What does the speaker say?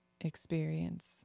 experience